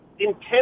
intense